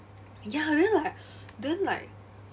ya then like then like